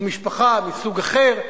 או משפחה מסוג אחר.